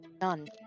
None